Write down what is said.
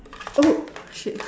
oh shit